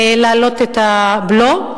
להעלות את הבלו,